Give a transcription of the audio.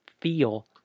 feel